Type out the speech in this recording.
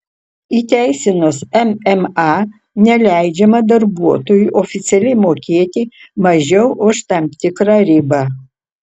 įteisinus mma neleidžiama darbuotojui oficialiai mokėti mažiau už tam tikrą ribą